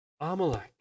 amalek